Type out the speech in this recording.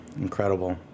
Incredible